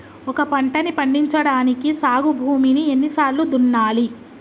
ఒక పంటని పండించడానికి సాగు భూమిని ఎన్ని సార్లు దున్నాలి?